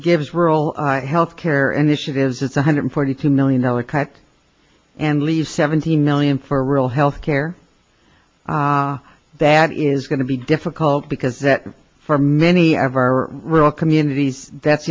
gives rural health care initiatives it's one hundred forty two million dollars cut and leave seventeen million for real health care that is going to be difficult because that for many of our rural communities that's